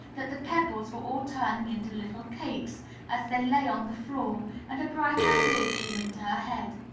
that the pebbles were all turning into little cakes as they lay on the floor and a bright idea came into her head.